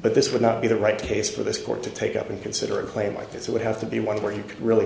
but this would not be the right case for this court to take up and consider a claim like this would have to be one where you could really